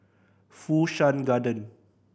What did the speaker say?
Fu Shan Garden